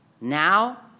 Now